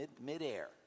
mid-air